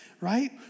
right